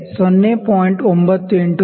98 ಮಿ